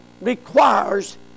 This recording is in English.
requires